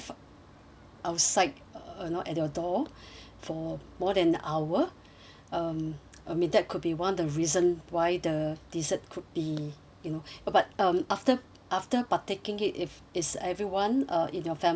outside uh not at your door for more than an hour um I mean could be one of the reason why the dessert could be you know but um after after partaking it if is everyone in your family okay